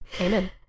Amen